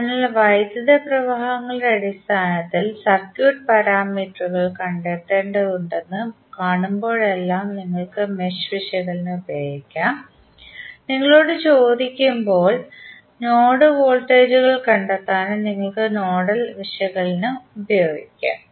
അതിനാൽ വൈദ്യുത പ്രവാഹങ്ങളുടെ അടിസ്ഥാനത്തിൽ സർക്യൂട്ട് പാരാമീറ്ററുകൾ കണ്ടെത്തേണ്ടതുണ്ടെന്ന് കാണുമ്പോഴെല്ലാം നിങ്ങൾക്ക് മെഷ് വിശകലനം ഉപയോഗിക്കാം നിങ്ങളോട് ചോദിക്കുമ്പോൾ നോഡ് വോൾട്ടേജുകൾ കണ്ടെത്താനും നിങ്ങൾക്ക് നോഡൽ വിശകലനം ഉപയോഗിക്കാം